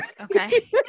Okay